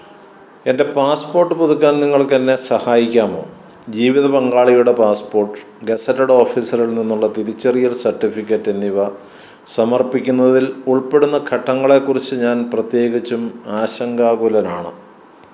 എൻ്റെ പാസ്പോർട്ട് പുതുക്കാൻ നിങ്ങൾക്കെന്നെ സഹായിക്കാമോ ജീവിതപങ്കാളിയുടെ പാസ്പോർട്ട് ഗസറ്റഡ് ഓഫീസറിൽ നിന്നുള്ള തിരിച്ചറിയൽ സർട്ടിഫിക്കറ്റെന്നിവ സമർപ്പിക്കുന്നതിൽ ഉൾപ്പെടുന്ന ഘട്ടങ്ങളെക്കുറിച്ച് ഞാൻ പ്രത്യേകിച്ചും ആശങ്കാകുലനാണ്